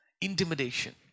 intimidation